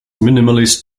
minimalist